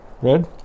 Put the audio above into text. Red